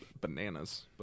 Bananas